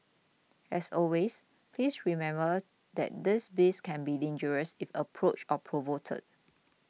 as always please remember that these beasts can be dangerous if approached or provoked